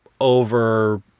over